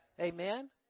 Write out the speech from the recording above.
Amen